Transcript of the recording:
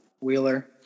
Wheeler